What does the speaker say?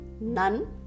none